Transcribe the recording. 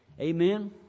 Amen